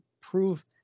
prove